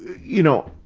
you know,